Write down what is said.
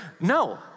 No